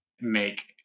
make